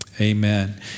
amen